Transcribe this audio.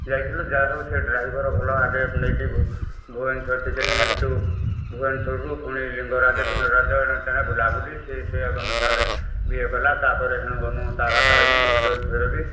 ଯାଇଥିଲୁ ଯାହାହେଉ ସେ ଡ୍ରାଇଭର୍ ଭଲ ନେଇକି ଭୁ ଭୁବନେଶ୍ୱର ଟିକେ ନେଲେ ହେଠୁ ଭୁବନେଶ୍ୱରରୁ ପୁଣି ଲିଙ୍ଗରାଜଫିଙ୍ଗରାଜ ଏଣେତେଣେ ବୁଲାବୁଲି ସେ ସେୟା ଏବଂ ସାଙ୍ଗରେ ବି ଇଏ କଲା ତାପରେ ହେଣୁ ଗନୁ ତାରାତାରିଣୀ ଭୈରବୀଫୈରବି